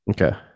Okay